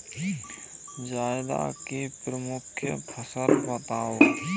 जायद की प्रमुख फसल बताओ